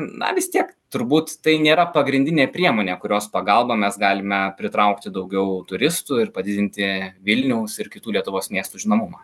na vis tiek turbūt tai nėra pagrindinė priemonė kurios pagalba mes galime pritraukti daugiau turistų ir padidinti vilniaus ir kitų lietuvos miestų žinomumą